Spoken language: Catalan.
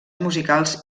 musicals